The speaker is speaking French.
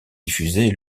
diffusé